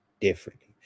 differently